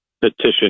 petition